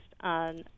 on